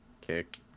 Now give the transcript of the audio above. kick